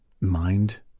Mind-